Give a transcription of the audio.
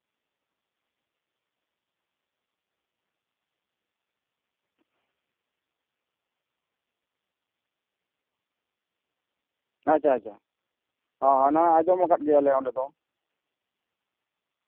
ᱟᱪᱪᱷᱟ ᱟᱪᱪᱷᱟ ᱦᱮᱸ ᱚᱱᱟ ᱟᱸᱡᱚᱢᱟᱠᱟᱫ ᱜᱮᱭᱟᱞᱮ ᱚᱸᱰᱮ ᱫᱚ